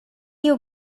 you